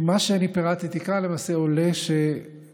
ממה שאני פירטתי כאן למעשה עולה שאין